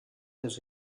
has